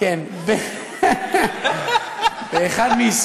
באחד מגלגולי המקצועות שהוא עבר.